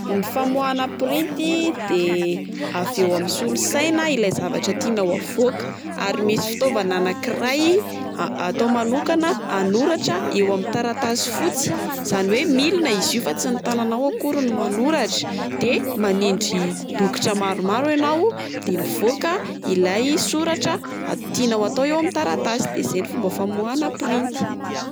Ny famoahana printy de avy eo amin'ny solosaina ilay zavatra tianao havoaka. Ary misy fitaovana anak'iray atao manokana anoratara eo amin'ny taratasy fotsy izany oe milina izy io fa tsy oe ny tananao akory no manoratra de manindry bokotra maromaro ianao de mivoaka ilay soratra a- tianao atao eo amin'ilay taratasy, de izay ny fomba famoahana ilay printy.